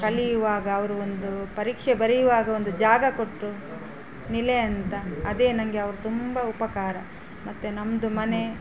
ಕಲಿಯುವಾಗ ಅವರು ಒಂದು ಪರೀಕ್ಷೆ ಬರೆಯುವಾಗ ಒಂದು ಜಾಗ ಕೊಟ್ಟರು ನೆಲೆ ಅಂತ ಅದೇ ನನ್ಗೆ ಅವ್ರು ತುಂಬ ಉಪಕಾರ ಮತ್ತೆ ನಮ್ಮದು ಮನೆ